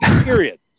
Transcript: period